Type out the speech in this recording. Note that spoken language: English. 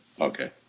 Okay